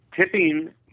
Tipping